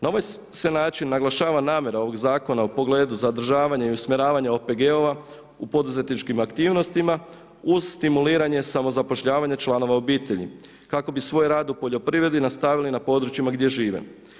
Na ovaj se način naglašava namjera ovoga zakona u pogledu zadržavanja i usmjeravanja OPG-ima u poduzetničkim aktivnostima uz stimuliranje samozapošljavanje članova obitelji kako bi svoj rad u poljoprivredi nastavili na područjima gdje žive.